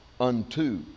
unto